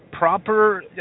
Proper